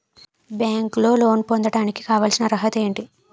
బ్యాంకులో లోన్ పొందడానికి కావాల్సిన అర్హత ఏంటి?